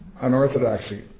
Unorthodoxy